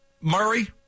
Murray